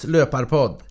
Löparpod